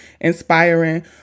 inspiring